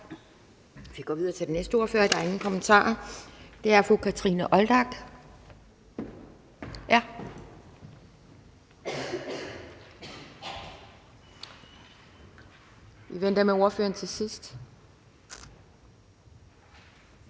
Vi går videre til næste ordfører – der er ingen kommentarer – og det er fru Kathrine Olldag. Vi venter med ordføreren for